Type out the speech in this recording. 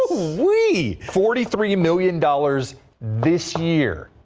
we forty three million dollars this year.